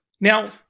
Now